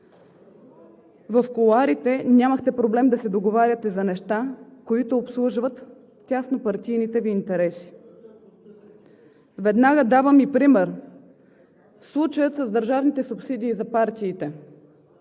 В кулоарите нямахте проблем да се договаряте за неща, които обслужват тяснопартийните Ви интереси. Веднага давам и пример: случаят с държавните субсидии за партиите.